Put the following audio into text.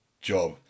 job